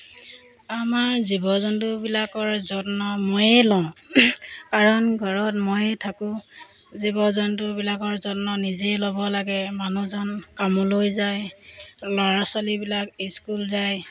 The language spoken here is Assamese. আমাৰ জীৱ জন্তুবিলাকৰ যত্ন ময়ে লওঁ কাৰণ ঘৰত ময়েই থাকোঁ জীৱ জন্তুবিলাকৰ যত্ন নিজেই ল'ব লাগে মানুহজন কামলৈ যায় ল'ৰা ছোৱালীবিলাক স্কুল যায়